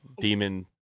demon